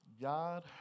God